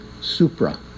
supra